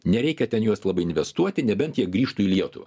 nereikia ten juos labai investuoti nebent jie grįžtų į lietuvą